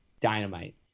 dynamite